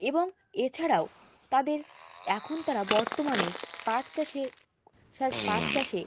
এবং এছাড়াও তাদের এখন তারা বর্তমানে পাট চাষে সা পাট চাষে